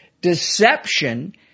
deception